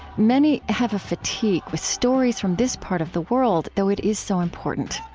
many have a fatigue with stories from this part of the world, though it is so important.